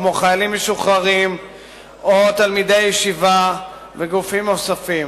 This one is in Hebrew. כמו חיילים משוחררים או תלמידי ישיבה וגופים נוספים.